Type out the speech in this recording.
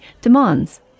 demands